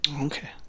Okay